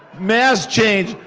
mass change,